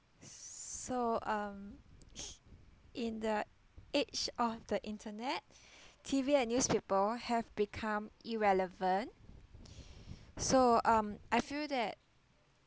so um in the age of the internet T_V and newspaper have become irrelevant so um I feel that